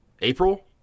April